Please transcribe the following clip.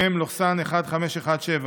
מ/1517.